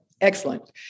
excellent